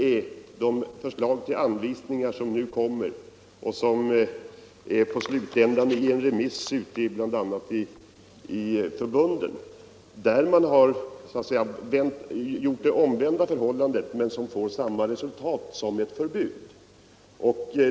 I de anvisningar som nu kommer och som är på slutändan i en remiss till bland andra fackförbunden har man stannat för en annan lösning än den jag föreslagit i motionen, men den får samma resultat som ett förbud.